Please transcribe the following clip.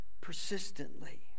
persistently